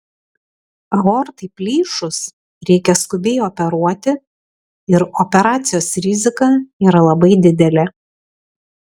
aortai plyšus reikia skubiai operuoti ir operacijos rizika yra labai didelė